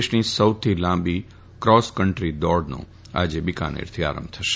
દેશની સૌથી લાંબી ક્રોસ કન્ટ્રી દોડનો આજે બિકાનેરથી આરંભ થશે